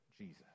Jesus